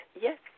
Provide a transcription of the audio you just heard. yes